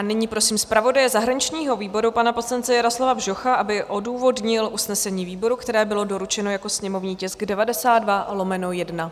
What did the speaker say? Nyní prosím zpravodaje zahraničního výboru, pana poslance Jaroslava Bžocha, aby odůvodnil usnesení výboru, které bylo doručeno jako sněmovní tisk 92/1.